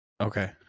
Okay